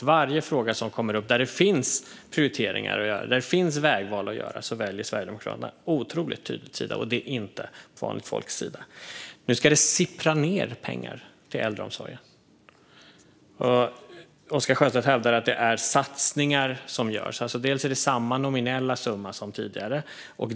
I varje fråga som kommer upp där det finns prioriteringar och vägval att göra väljer Sverigedemokraterna otroligt tydligt sida, och det är inte vanligt folks sida. Nu ska det sippra ned pengar till äldreomsorgen. Oscar Sjöstedt hävdar att det är satsningar som görs. Det är samma nominella summa som tidigare.